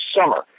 summer